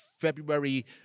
February